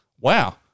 Wow